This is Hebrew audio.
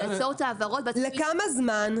לכמה זמן?